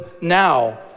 now